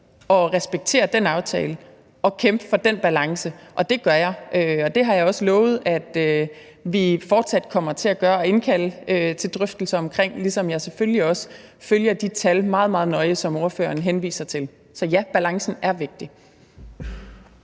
at respektere den aftale og at kæmpe for den balance, og det gør jeg. Det har jeg også lovet at vi fortsat kommer til at gøre, og det vil jeg fortsat indkalde til drøftelser om, ligesom jeg selvfølgelig også følger de tal, som ordføreren henviser til, meget, meget nøje. Så ja, balancen er vigtig.